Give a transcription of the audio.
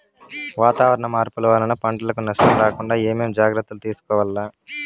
వాతావరణ మార్పులు వలన పంటలకు నష్టం రాకుండా ఏమేం జాగ్రత్తలు తీసుకోవల్ల?